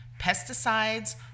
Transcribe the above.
Pesticides